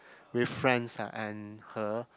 with friends lah and her